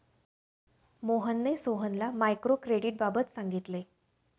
मोहनने सोहनला मायक्रो क्रेडिटबाबत सांगितले